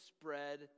spread